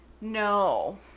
No